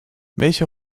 welche